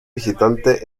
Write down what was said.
visitante